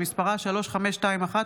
שמספרה פ/3521/25.